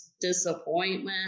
disappointment